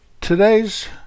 Today's